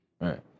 Right